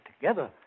together